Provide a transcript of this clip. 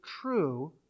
true